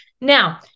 now